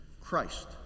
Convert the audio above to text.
Christ